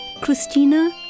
Christina